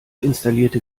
installierte